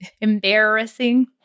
Embarrassing